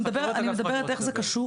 איך זה קשור